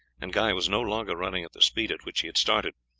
and guy was no longer running at the speed at which he had started.